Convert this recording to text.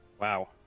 Wow